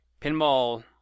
pinball